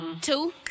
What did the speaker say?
two